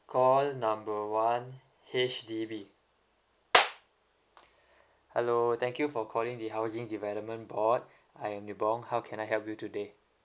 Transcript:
call number one H_D_B hello thank you for calling the housing development board I'm nee bong how can I help you today